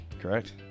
correct